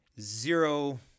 zero